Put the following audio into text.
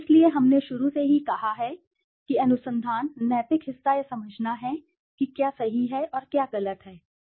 इसलिए हमने शुरू से ही कहा है कि अनुसंधान नैतिक हिस्सा यह समझना है कि क्या सही है और क्या गलत है